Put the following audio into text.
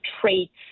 traits